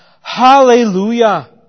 Hallelujah